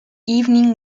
evening